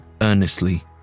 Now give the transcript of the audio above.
earnestly